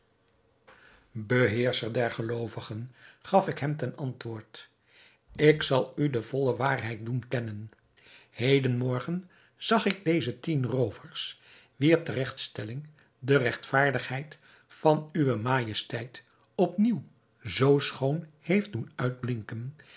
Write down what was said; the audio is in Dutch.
beheerscher der geloovigen gaf ik hem ten antwoord ik zal u de volle waarheid doen kennen heden morgen zag ik deze tien roovers wier teregtstelling de regtvaardigheid van uwe majesteit op nieuw zoo schoon heeft doen uitblinken